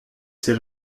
ses